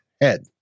head